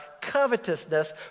Covetousness